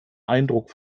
eindruck